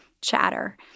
chatter